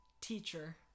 teacher